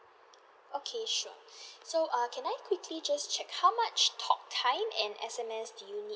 okay sure so err can I quickly just check how much talk time and S_M_S do you need